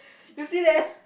you see that